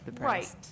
Right